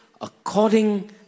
according